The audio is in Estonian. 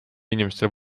inimestele